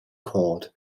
called